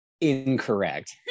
incorrect